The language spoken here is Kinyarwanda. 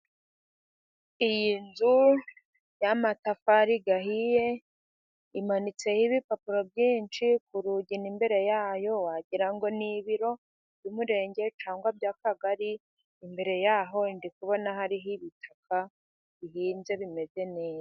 Iyi nzu y'amatafari ahiye, imanitseho ibipapuro byinshi ku rugi n'imbere yayo, wagirango ni ibiro by'umurenge cyangwa iby'akagari, imbere yaho ndi kubona hariho ibitaka bihinze, bimeze neza.